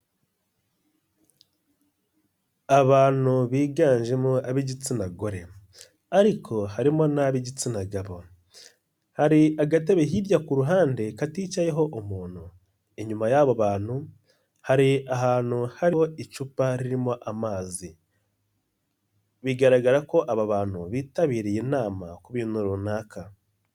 Abantu biganjemo ab'igitsina gore ariko harimo n'ab'igitsina gabo, hari agatebe hirya ku ruhande katicayeho umuntu, inyuma y'abo bantu hari ahantu hariho icupa ririmo amazi, bigaragara ko aba bantu bitabiriye inama ku bintu runaka.